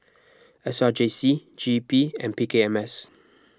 S R J C G E P and P K M S